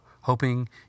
hoping